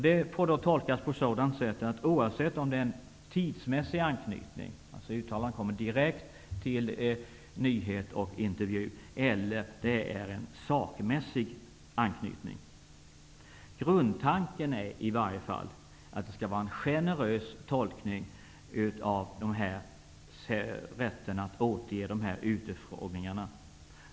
Det får tolkas så att detta gäller oavsett om det är en tidsmässig anknytning, alltså i direkt anslutning till en nyhet eller intervju, eller om det är en sakmässig anknytning. Grundtanken är att det skall vara en generös tolkning av rätten att få återge dessa utfrågningar.